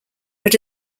but